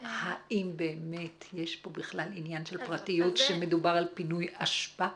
האם באמת יש פה בכלל עניין של פרטיות כשמדובר על פינוי אשפה?